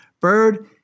Bird